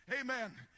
Amen